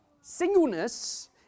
singleness